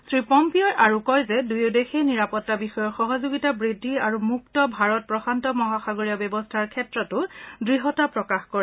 শ্ৰীপম্পীয়োই আৰু কয় যে দুয়ো দেশে নিৰাপত্তা বিষয়ত সহযোগিতা বৃদ্ধি আৰু মুক্ত ভাৰত প্ৰশান্ত মহাসাগৰীয় উপকূলীয় ব্যৱস্থাৰ বাবে দৃঢ়তা প্ৰকাশ কৰিছে